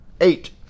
Eight